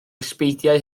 ysbeidiau